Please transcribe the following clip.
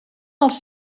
els